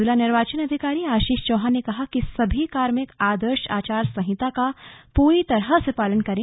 जिला निर्वाचन अधिकारी आशीष चौहान ने कहा कि सभी कार्मिक आदर्श आचार संहिता का पूरी तरह से पालन करें